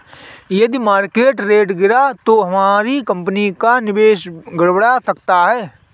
यदि market rate गिरा तो हमारी कंपनी का निवेश गड़बड़ा सकता है